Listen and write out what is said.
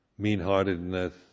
mean-heartedness